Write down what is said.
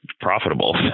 profitable